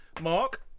Mark